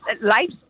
life